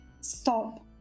stop